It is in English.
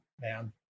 man